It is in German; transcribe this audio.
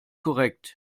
korrekt